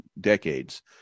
decades